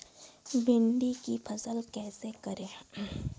भिंडी की फसल कैसे करें?